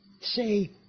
say